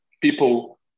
people